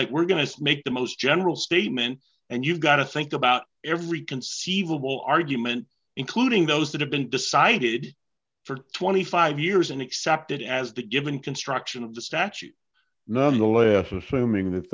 like we're going to make the most general statement and you've got to think about every conceivable argument including those that have been decided for twenty five years and accepted as the given construction of the statute nonetheless assuming that